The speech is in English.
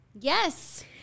Yes